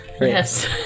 Yes